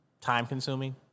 time-consuming